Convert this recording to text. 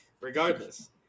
Regardless